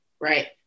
right